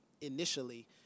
initially